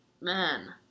man